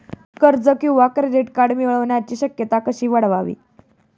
कर्ज किंवा credit card मिळण्याची शक्यता कशी वाढवावी?